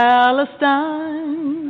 Palestine